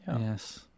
Yes